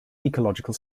ecological